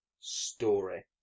story